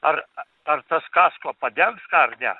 ar ar tas kasko padengs tą ar ne